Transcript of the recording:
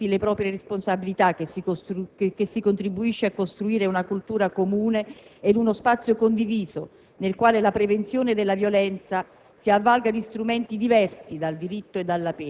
E' anche chiamando le società sportive ad assumersi le proprie responsabilità che si contribuisce a costruire una cultura comune e uno spazio condiviso nel quale la prevenzione della violenza